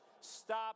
Stop